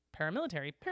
paramilitary